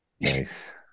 Nice